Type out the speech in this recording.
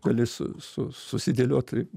dalis su susidėliot